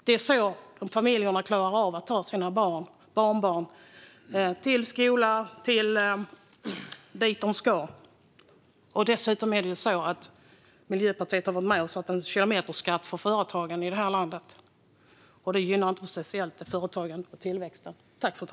Det är så familjerna klarar av att ta sina barn och barnbarn till skola och andra ställen dit de ska. Dessutom har Miljöpartiet varit med och infört en kilometerskatt för företagare i det här landet, och det gynnar inte företagen och tillväxten speciellt.